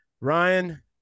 Ryan